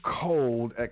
cold